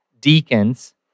deacons